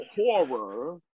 horror